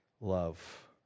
love